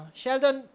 Sheldon